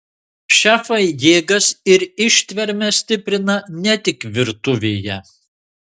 šefai jėgas ir ištvermę stiprina ne tik virtuvėje